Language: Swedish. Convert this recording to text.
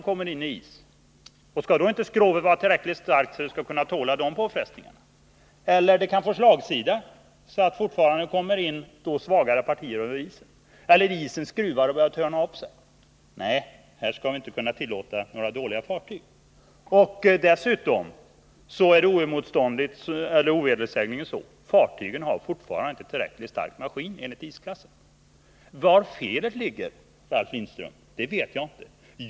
Skall skrovet inte vara tillräckligt starkt för att tåla de påfrestningar som detta innebär? Fartyget kan också få slagsida, så att svagare partier kommer in under isen, när denna skruvar sig och börjar torna upp sig. Nej, vi kan inte tillåta att det för sådana förhållanden byggs dåliga fartyg. Och dessutom är det ovedersägerligen så, att fartygen fortfarande inte har tillräckligt starka maskiner enligt isklassen. Var felet ligger, Ralf Lindström, vet jag inte.